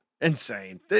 Insane